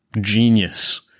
genius